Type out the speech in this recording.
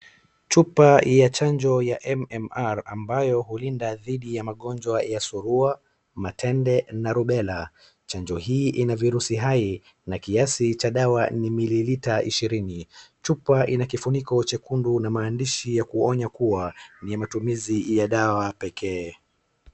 Chupa ya chanjo ya MMR ambayo hulinda dhidi ya magonjwa ya surua, matende na rubela. Chanjo hii ina virusi hai na kiasi cha dawa ni mililita ishirini. Chupa ina kifuniko chekundu na maandishi ya kuonya kuwa ni ya matumizi ya dawa pekee.